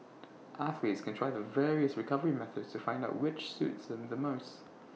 athletes can try the various recovery methods to find out which suits them the most